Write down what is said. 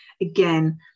again